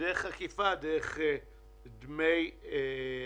בדרך עקיפה דרך דמי אבטלה.